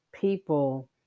people